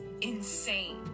insane